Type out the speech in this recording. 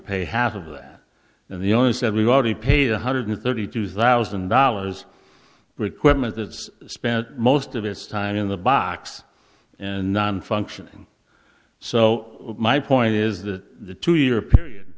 pay half of that and the owner said we've already paid one hundred thirty two thousand dollars for equipment that's spent most of its time in the box and nonfunctioning so my point is that the two year period